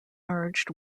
merged